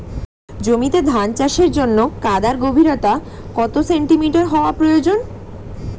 জমিতে ধান চাষের জন্য কাদার গভীরতা কত সেন্টিমিটার হওয়া প্রয়োজন?